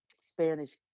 Spanish